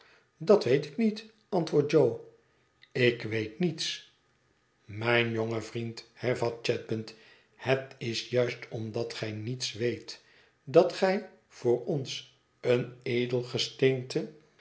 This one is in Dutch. dat weet ik niet antwoordt jo ik weet niets mijn jonge vriend hervat chadband het is juist omdat gij niets weet dat gij voor ons een edelgesteente